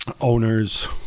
owners